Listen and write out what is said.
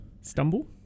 stumble